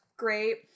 great